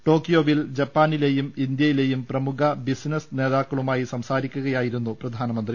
talkie യോവിൽ ജപ്പാനിലെയും ഇന്ത്യയിലെയും പ്രമുഖ ബിസിനസ് നേതാക്കളുമായി സംസാരിക്കുകയായിരുന്നു പ്രധാനമന്ത്രി